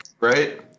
right